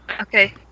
Okay